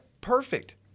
perfect